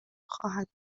خواهد